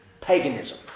Paganism